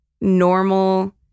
normal